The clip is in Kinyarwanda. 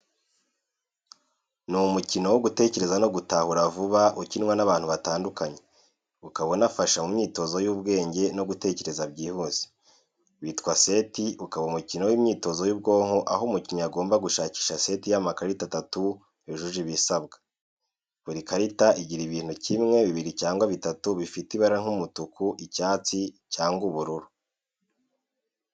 Ni umukino wo gutekereza no gutahura vuba ukinwa n’abantu batandukanye, ukaba unafasha mu myitozo y’ubwenge no gutekereza byihuse. Witwa set ukaba umukino w’imyitozo y’ubwonko aho umukinnyi agomba gushakisha seti y’amakarita 3 yujuje ibisabwa. Buri karita igira ibintu 1, 2, cyangwa 3 bifite ibara nk’umutuku, icyatsi, cyangwa ubururu.